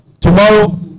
tomorrow